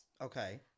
Okay